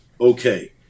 okay